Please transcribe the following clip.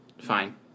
Fine